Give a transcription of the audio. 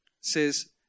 says